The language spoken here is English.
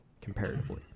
comparatively